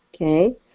okay